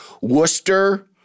Worcester